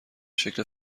شکل